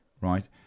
right